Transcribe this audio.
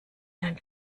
dein